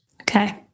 okay